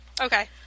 okay